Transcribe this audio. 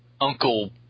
Uncle